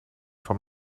van